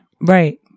Right